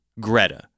greta